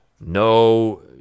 No